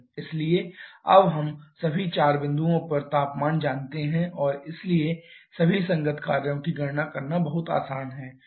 इसलिए अब हम सभी चार बिंदुओं पर तापमान जानते हैं और इसलिए सभी संगत कार्यों की गणना करना बहुत आसान है